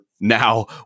now